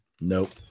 Nope